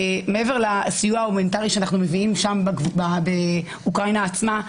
מעבר לסיוע ההומניטרי שאנחנו מביאים שם לאוקראינה עצמה,